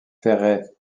ferret